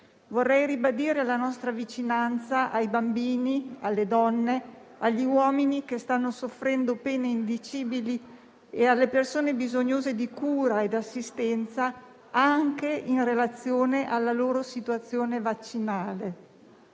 Vorrei ribadire la nostra vicinanza ai bambini, alle donne, agli uomini che stanno soffrendo pene indicibili e alle persone bisognose di cura ed assistenza anche in relazione alla loro situazione vaccinale.